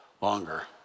longer